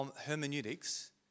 hermeneutics